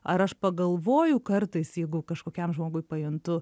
ar aš pagalvoju kartais jeigu kažkokiam žmogui pajuntu